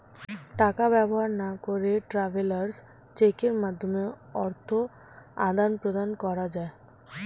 টাকা ব্যবহার না করে ট্রাভেলার্স চেকের মাধ্যমে অর্থ আদান প্রদান করা যায়